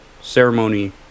ceremony